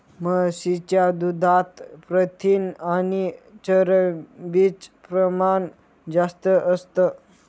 म्हशीच्या दुधात प्रथिन आणि चरबीच प्रमाण जास्त असतं